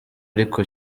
ariko